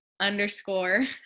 Underscore